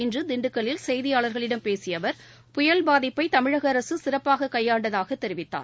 இன்றுதிண்டுக்கல்லில் செய்தியாளர்களிடம் பேசியஅவர் புயல் பாதிப்பைதமிழகஅரசுசிறப்பாககையாண்டதாகதெரிவித்தார்